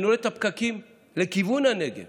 אני רואה את הפקקים לכיוון הנגב